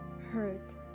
hurt